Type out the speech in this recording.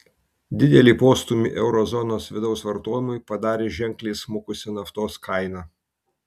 didelį postūmį euro zonos vidaus vartojimui padarė ženkliai smukusi naftos kaina